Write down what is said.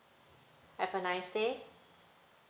have a nice day